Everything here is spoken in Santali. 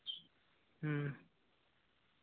ᱦᱮᱸ